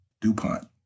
DuPont